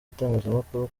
itangazamakuru